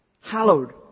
hallowed